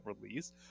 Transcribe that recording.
release